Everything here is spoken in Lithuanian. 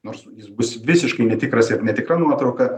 nors jis bus visiškai netikras ir netikra nuotrauka